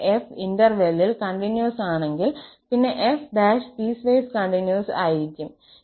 കൂടാതെ f ഇന്റെർവെലിൽ continues ആണെങ്കിൽ പിന്നെ f പീസ്വേസ് കണ്ടിന്യൂസ് ആയിരിക്കും